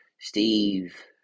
Steve